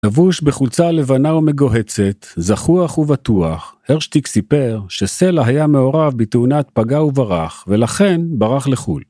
לבוש בחולצה הלבנה ומגוהצת, זחוח ובטוח, הרשטיק סיפר, שסלע היה מעורב בתאונת פגע וברח, ולכן ברח לחו"ל.